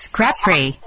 Crap-free